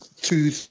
two